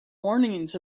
warnings